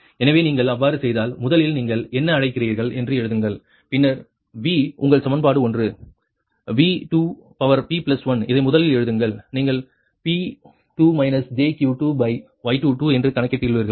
எனவே நீங்கள் அவ்வாறு செய்தால் முதலில் நீங்கள் என்ன அழைக்கிறீர்கள் என்று எழுதுங்கள் பின்னர் V உங்கள் சமன்பாடு 1 V2p1 இதை முதலில் எழுதுங்கள் நீங்கள் P2 jQ2Y22 என்று கணக்கிட்டுள்ளீர்கள்